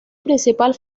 principal